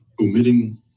omitting